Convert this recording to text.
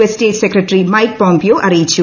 S state secretary Mike Pompeo അറിയിച്ചു